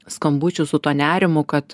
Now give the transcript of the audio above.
skambučių su tuo nerimu kad